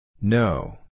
No